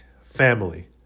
family